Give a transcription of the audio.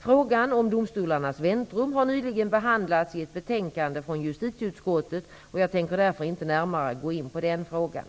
Frågan om domstolarnas väntrum har nyligen behandlats i ett betänkande från justitieutskottet , och jag tänker därför inte närmare gå in på den frågan.